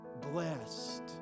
Blessed